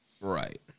Right